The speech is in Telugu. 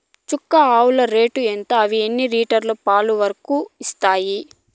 చుక్క ఆవుల రేటు ఎంత? అవి ఎన్ని లీటర్లు వరకు పాలు ఇస్తాయి?